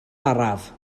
araf